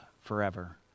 forever